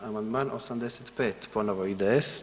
Amandman 85. ponovo IDS.